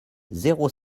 zéro